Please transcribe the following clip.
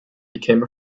became